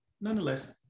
Nonetheless